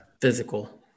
Physical